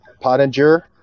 Pottinger